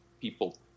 people